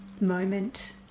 moment